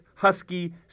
husky